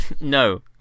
No